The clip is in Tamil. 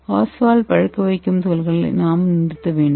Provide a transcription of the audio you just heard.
ஓஸ்வால்ட் பழுக்க வைப்பதிலிருந்து நாம் துகள்களை நாம் நிறுத்த வேண்டும்